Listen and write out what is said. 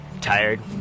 tired